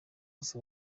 hose